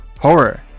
horror